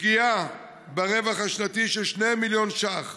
פגיעה ברווח השנתי של 2 מיליון ש"ח,